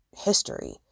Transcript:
history